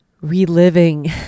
reliving